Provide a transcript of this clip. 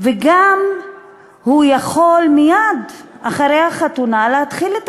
והוא גם יכול מייד אחרי החתונה להתחיל את